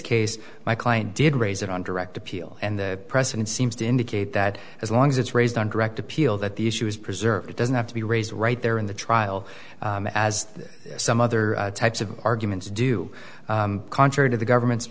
case my client did raise it on direct appeal and the president seems to indicate that as long as it's raised on direct appeal that the issue is preserved it doesn't have to be raised right there in the trial as some other types of arguments do contrary to the government's